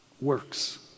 works